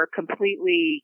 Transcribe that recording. completely